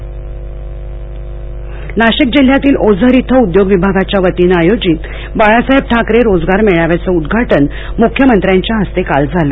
मुख्यमंत्री नाशिक जिल्ह्यातील ओझर इथं उद्योग विभागाच्या वतीनं आयोजित बाळासाहेब ठाकरे रोजगार मेळाव्याचं उद्वाटन मुख्यमंत्र्यांच्या हस्ते काल झालं